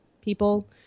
people